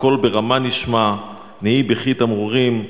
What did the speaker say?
"קול ברמה נשמע נהי בכי תמרורים",